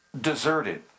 deserted